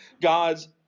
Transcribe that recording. God's